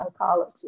oncology